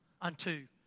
unto